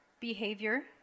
behavior